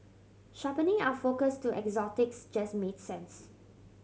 sharpening our focus to exotics just made sense